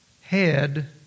head